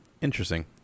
interesting